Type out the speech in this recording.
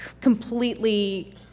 completely